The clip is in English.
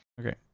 Okay